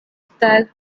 style